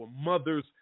mothers